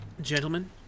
Gentlemen